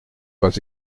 pas